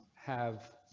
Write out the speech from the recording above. have.